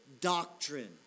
doctrine